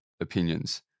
opinions